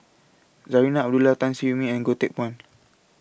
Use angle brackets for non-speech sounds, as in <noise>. Zarinah Abdullah Tan Siew Min and Goh Teck Phuan <noise>